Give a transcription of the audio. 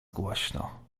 głośno